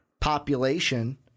population